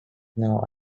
now